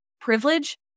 privilege